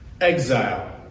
exile